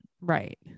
Right